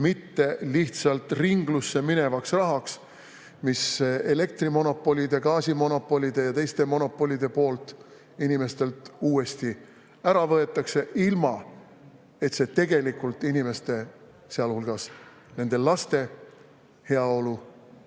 mitte lihtsalt ringlusse minevaks rahaks, mille elektrimonopolid, gaasimonopolid ja teised monopolid inimestelt uuesti ära võtavad, ilma et see tegelikult inimeste, sealhulgas nende laste heaolu